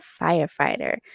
firefighter